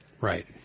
Right